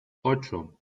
ocho